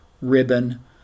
ribbon